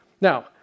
Now